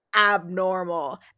abnormal